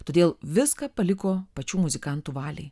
todėl viską paliko pačių muzikantų valiai